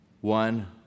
one